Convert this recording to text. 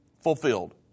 fulfilled